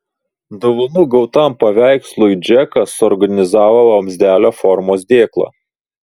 dovanų gautam paveikslui džekas suorganizavo vamzdelio formos dėklą